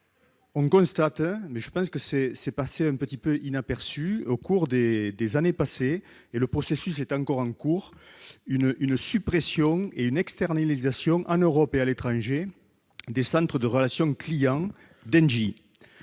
on constate- mais cela est passé assez inaperçu au cours des dernières années et le processus est encore en cours -une suppression et une externalisation, en Europe et à l'étranger, des centres de relation clients d'Engie.